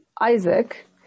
Isaac